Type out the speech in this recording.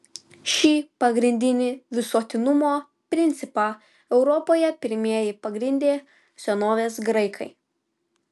šį pagrindinį visuotinumo principą europoje pirmieji pagrindė senovės graikai